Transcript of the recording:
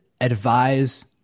advise